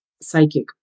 psychic